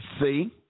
See